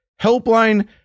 helpline